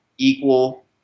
equal